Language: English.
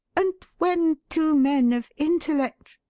and when two men of intellect